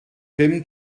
bum